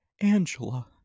Angela